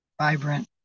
vibrant